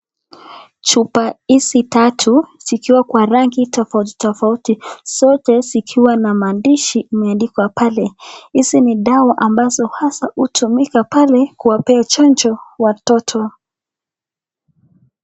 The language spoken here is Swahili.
Chupa hizi tatu zikiwa kwa rangi tofauti tofauti zote zikiwa na maandishi imeandikwa pale. Hizi ni dawa ambazo hasa hutumika pale kuwapea chanjo watoto.